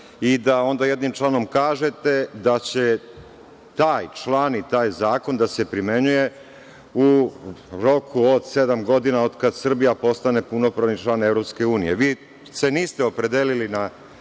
i da onda jednim članom kažete da će taj član i taj zakon da se primenjuje u roku od sedam godina, od kad Srbija postane punopravni član EU.Vi se niste opredelili na